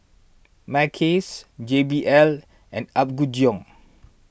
Mackays J B L and Apgujeong